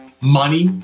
Money